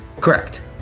Correct